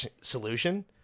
solution